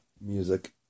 music